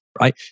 right